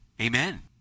Amen